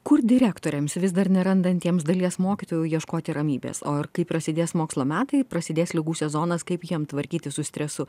kur direktoriams vis dar nerandantiems dalies mokytojų ieškoti ramybės o ir kai prasidės mokslo metai prasidės ligų sezonas kaip jiem tvarkytis su stresu